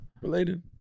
related